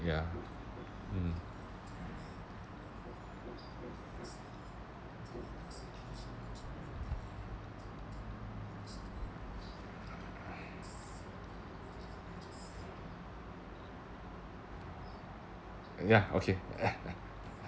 ya mm ya okay